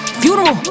funeral